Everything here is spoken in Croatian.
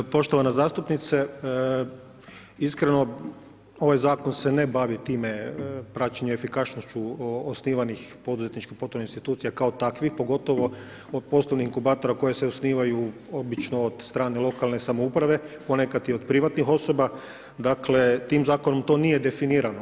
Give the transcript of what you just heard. Poštovana zastupnice, iskreno ovaj zakon se ne bavi praćenjem efikasnošću osnivanih poduzetničkih … institucija kao takvih, pogotovo poslovnih inkubatora koji se osnivaju obično od strane lokalne samouprave, ponekad i od privatnih osoba, dakle tim zakonom to nije definirano.